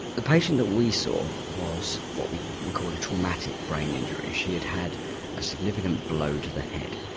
the patient that we saw was what we would call a traumatic brain injury, she had had a significant blow to the head.